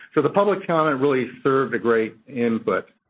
so, the public comment really served a great input.